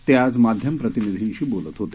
ते आज माध्यम प्रतिनिधींशी बोलत होते